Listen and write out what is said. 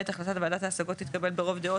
(ב)החלטת ועדת ההשגות תתקבל ברוב דעות